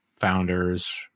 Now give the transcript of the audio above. founders